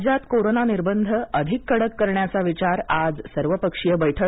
राज्यात कोरोना निर्बंध आणखी कडक करण्याचा विचार आज सर्वपक्षीय बैठक